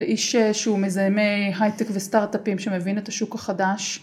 איש שהוא מיזמי הייטק וסטארט-אפים שמבין את השוק החדש.